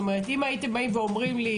אם הייתם אומרים לי